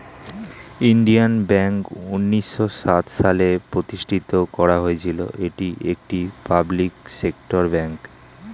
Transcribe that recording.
Indian Bank উন্নিশো সাত সালে প্রতিষ্ঠিত করা হয়েছিল, এটি একটি পাবলিক সেক্টর ব্যাঙ্ক